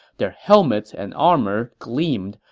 their helmets and armor gleamed,